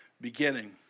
beginning